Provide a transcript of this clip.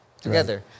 together